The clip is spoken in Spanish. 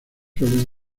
suelen